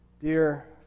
Dear